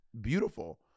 beautiful